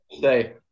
say